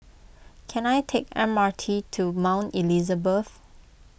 can I take M R T to Mount Elizabeth